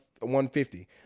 150